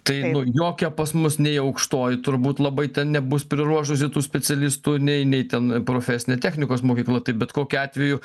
tai nu jokia pas mus nei aukštoj turbūt labai ten nebus priruošusi tų specialistų nei nei ten profesinė technikos mokykla tai bet kokiu atveju